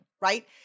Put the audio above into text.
right